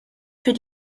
für